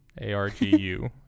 a-r-g-u